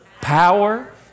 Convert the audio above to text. power